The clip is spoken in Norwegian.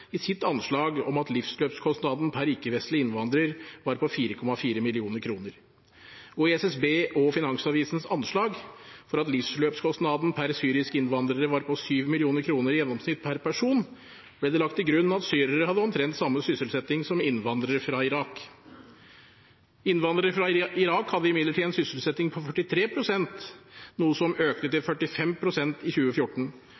i sitt anslag om at livsløpskostnaden per ikke-vestlig innvandrer var på 4,4 mill. kr. I SSBs og Finansavisens anslag for at livsløpskostnaden per syrisk innvandrer var på 7 mill. kr i gjennomsnitt per person, ble det lagt til grunn at syrere hadde omtrent samme sysselsetting som innvandrere fra Irak. Innvandrere fra Irak hadde imidlertid en sysselsetting på 43 pst. i 2013, som økte til 45 pst. i 2014,